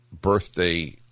birthday